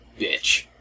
bitch